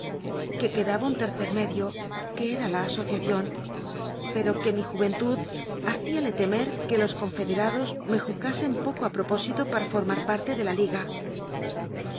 que quedaba un tercer medio que era la asociación pero que mi juventud hacíale temer que los confederados me juzgasen poco a propósito para formar parte de la liga